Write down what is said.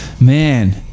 Man